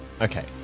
Okay